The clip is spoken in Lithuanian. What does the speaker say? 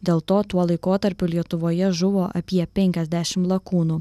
dėl to tuo laikotarpiu lietuvoje žuvo apie penkiasdešim lakūnų